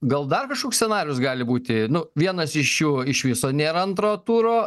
gal dar kažkoks scenarijus gali būti nu vienas iš jų iš viso nėra antro turo